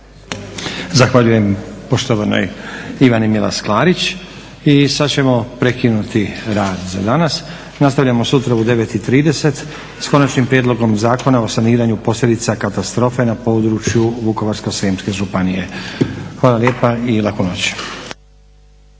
Hvala lijepa i laku noć.